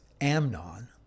Amnon